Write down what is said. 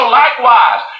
likewise